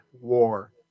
war